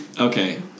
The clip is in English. Okay